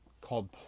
called